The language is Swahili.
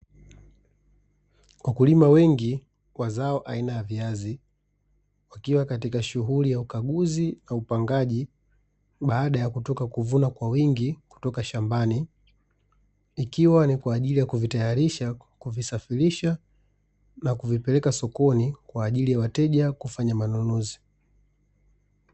Wakulima wengi wa zao aina ya viazi wakiwa katika shughuli ya ukaguzi na upangaji baada ya kutoka kuvuna kwa wingi kutoka shambani; ikiwa ni kwa ajili ya kuvitayarisha, kuvisafirirsha na kuvipeleka sokoni kwa ajili ya wateja kufanya manunuzi.